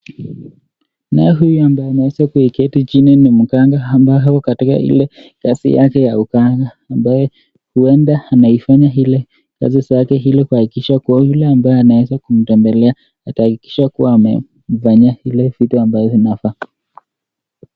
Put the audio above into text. Naye huyu ambaye ameweza kuketi chini ni mganga ambaye ako katika ile kazi yake ya uganga ambaye huenda anaifanya ile kazi zake ili kuhakikisha kuwa yule ambaye anaweza kumtembelea atahakikisha kuwa amemfanyia zile vitu ambayo vinafaa .